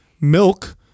milk